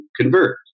convert